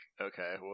okay